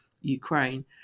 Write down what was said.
Ukraine